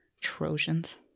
Trojans